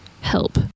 help